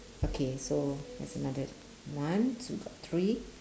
okay so that's another one so got three